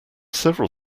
several